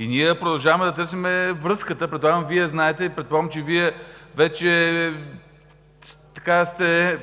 Ние продължаваме да търсим връзката. Предполагам, Вие я знаете. Предполагам, че Вие вече сте